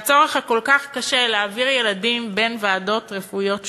והצורך הכל-כך קשה להעביר ילדים בין ועדות רפואיות שונות.